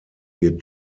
wird